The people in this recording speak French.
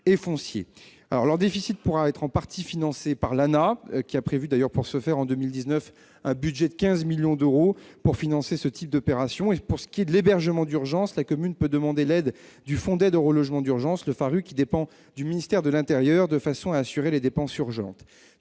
Le déficit pourra être en partie financé par l'ANAH, qui a d'ailleurs prévu un budget de 15 millions d'euros au titre de 2019 pour ce type d'opérations. Pour ce qui est de l'hébergement d'urgence, la commune peut demander l'aide du fonds d'aide au relogement d'urgence, le FARU, qui dépend du ministère de l'intérieur, de façon à assurer les dépenses urgentes.